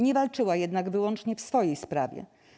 Nie walczyła jednak wyłącznie w swojej sprawie.